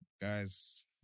guys